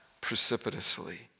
precipitously